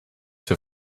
für